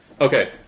Okay